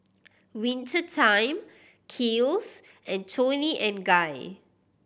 Winter Time Kiehl's and Toni and Guy